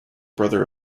brother